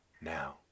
Now